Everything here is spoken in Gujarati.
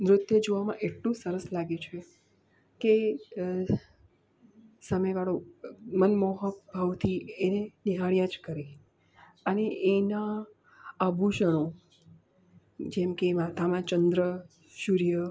નૃત્ય જોવામાં એટલું સરસ લાગે છે કે સામેવાળો મન મોહક ભાવથી એને નિહાળ્યા જ કરે અને એના આભૂષણો જેમકે માથામાં ચંદ્ર સૂર્ય